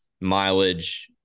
mileage